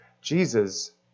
Jesus